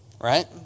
Right